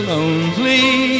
Lonely